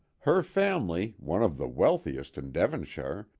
her family, one of the wealthiest in devonshire,